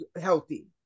healthy